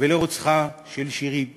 ולרוצחה של שירי בנקי.